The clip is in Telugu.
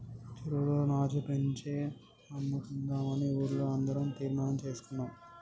చెరువులో నాచు పెంచి అమ్ముకుందామని ఊర్లో అందరం తీర్మానం చేసుకున్నాం